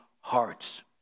hearts